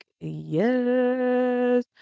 Yes